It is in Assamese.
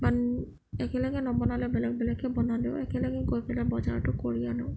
একেলগে নবনালে বেলেগ বেলেগকৈ বনালেও একেলগে গৈ পেলাই বজাৰটো কৰি আনো